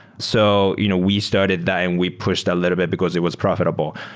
so you know we started that and we pushed a little bit because it was profitable.